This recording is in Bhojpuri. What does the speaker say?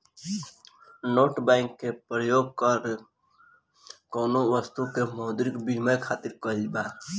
बैंक नोट के परयोग कौनो बस्तु के मौद्रिक बिनिमय खातिर कईल गइल बा